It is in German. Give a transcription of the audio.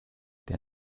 der